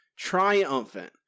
Triumphant